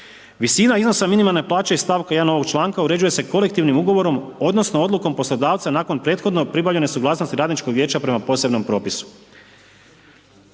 Visina iznosa minimalne plaće iz stavka 1. ovog članka uređuje se kolektivnim ugovorom odnosno odlukom poslodavca nakon prethodno pribavljene suglasnosti radničkog vijeća prema posebnom propisu.